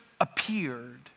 appeared